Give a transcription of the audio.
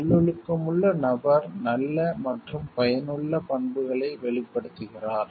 நல்லொழுக்கமுள்ள நபர் நல்ல மற்றும் பயனுள்ள பண்புகளை வெளிப்படுத்துகிறார்